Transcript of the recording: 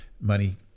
money